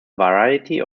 variety